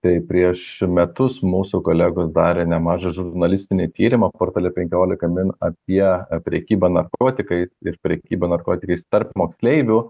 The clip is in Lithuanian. tai prieš metus mūsų kolegos darė nemažą žurnalistinį tyrimą portale penkiolika min apie prekybą narkotikais ir prekybą narkotikais tarp moksleivių